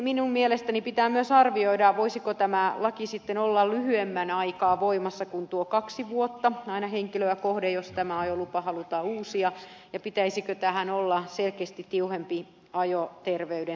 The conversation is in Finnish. minun mielestäni pitää myös arvioida voisiko tämä ajo oikeus sitten olla lyhyemmän aikaa voimassa kuin tuon kaksi vuotta aina henkilöä kohden jos tämä ajolupa halutaan uusia ja pitäisikö tähän olla selkeästi tiuhempi ajoterveyden seuranta vielä